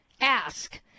ask